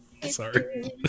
Sorry